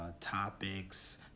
topics